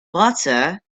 butter